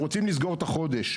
בהווה, הם רוצים לסגור את החודש.